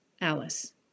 Alice